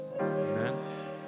Amen